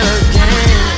again